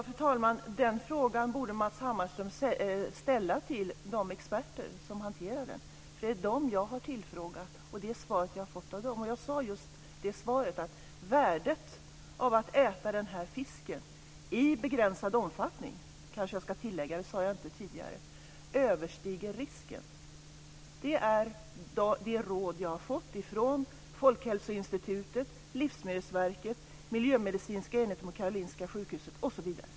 Fru talman! Den frågan borde Matz Hammarström ställa till de experter som hanterar den. Det är dem jag har tillfrågat, och det är det svaret jag har fått av dem. Jag sade just i svaret att värdet av att äta den här fisken - i begränsad omfattning, kanske jag ska tillägga - överstiger risken. Det är det råd jag har fått från Folkhälsoinstitutet, Livsmedelsverket, Miljömedicinska enheten på Karolinska sjukhuset osv.